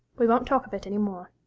we won't talk of it any more.